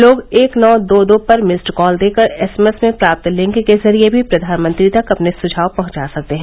लोग एक नौ दो दो पर मिस्ड कॉल देकर एसएमएस में प्राप्त लिंक के जरिए भी प्रधानमंत्री तक अपने सुझाव पहुंचा सकते हैं